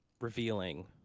revealing